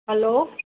hello